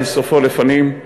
אין סופו לפנים,